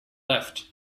left